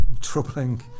troubling